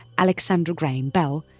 alexander graham bell,